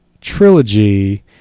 trilogy